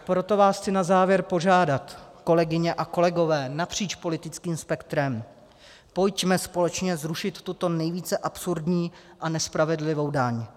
Proto vás chci na závěr požádat, kolegyně a kolegové napříč politickým spektrem, pojďme společně zrušit tuto nejvíce absurdní a nespravedlivou daň.